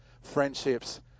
friendships